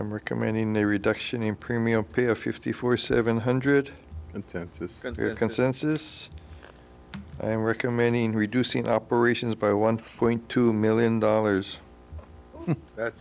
america many new reduction in premium pay a fifty four seven hundred intensive consensus i am recommending reducing operations by one point two million dollars that's